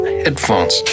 headphones